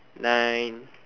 nine